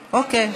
אוקיי.